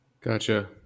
Gotcha